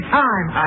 time